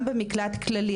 גם במקלט כללי,